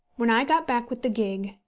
when i got back with the gig,